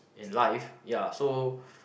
in life ya so